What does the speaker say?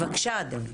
בבקשה, אדוני.